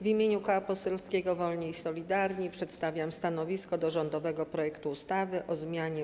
W imieniu Koła Poselskiego Wolni i Solidarni przedstawiam stanowisko w sprawie rządowego projektu ustawy o zmianie